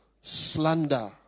slander